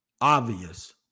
obvious